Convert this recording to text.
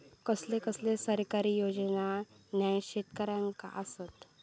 कसले कसले सरकारी योजना न्हान शेतकऱ्यांना आसत?